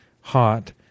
hot